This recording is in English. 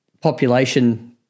population